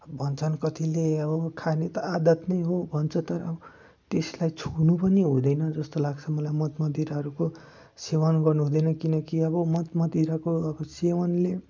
भन्छन् कतिले अब खाने त आदत नै हो भन्छ तर अब त्यसलाई छुनु पनि हुँदैन जस्तो लाग्छ मलाई मद मदिराहरूको सेवन गर्नु हुँदैैन किनकि अब मद मदिराको अब सेवनले